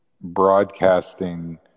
broadcasting